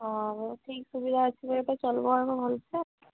ହଉ ଠିକ୍ ସୁବିଧା ଅଛି ବୋଇଲେ ଚାଲିବ ଏବେ ଭଲସେ